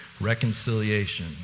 reconciliation